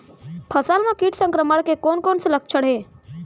फसल म किट संक्रमण के कोन कोन से लक्षण हे?